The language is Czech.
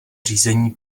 řízení